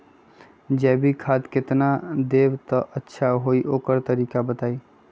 जैविक खाद केतना देब त अच्छा होइ ओकर तरीका बताई?